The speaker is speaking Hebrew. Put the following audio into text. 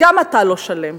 גם אתה לא שלם.